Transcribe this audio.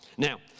Now